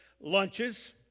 lunches